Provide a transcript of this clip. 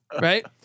Right